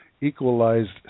equalized